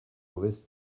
mauvaise